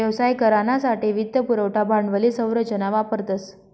व्यवसाय करानासाठे वित्त पुरवठा भांडवली संरचना वापरतस